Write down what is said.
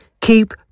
Keep